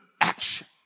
action